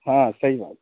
हॅं सही बात